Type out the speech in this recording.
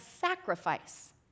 sacrifice